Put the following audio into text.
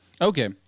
Okay